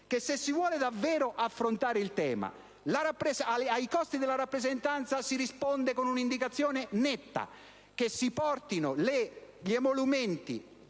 che, se si vuole davvero affrontare il tema, ai costi della rappresentanza si deve rispondere con un'indicazione netta: quella di portare cioè gli emolumenti